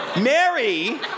Mary